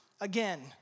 again